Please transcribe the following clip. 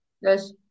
yes